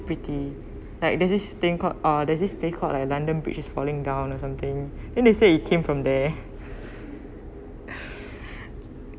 pretty like there's this thing called uh there's this place called like london bridge is falling down or something then they say it came from there